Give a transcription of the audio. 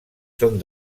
són